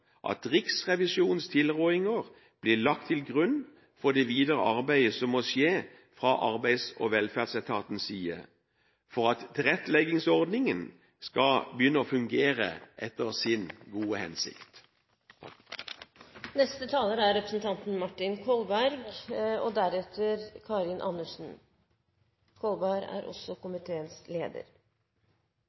at Riksrevisjonens tilrådinger blir lagt til grunn for det videre arbeidet som må skje fra Arbeids- og velferdsetatens side for at tilretteleggingsordningen skal begynne å fungere etter sin gode hensikt. Jeg viser her til saksordførerens veldig brede, riktige og gode framstilling av hva som er komiteens